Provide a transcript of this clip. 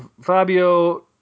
Fabio